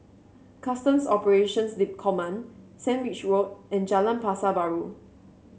Customs Operations Command Sandwich Road and Jalan Pasar Baru